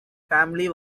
family